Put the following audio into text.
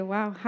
Wow